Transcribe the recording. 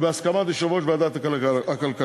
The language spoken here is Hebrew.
זה בהסכמת יושב-ראש ועדת הכלכלה.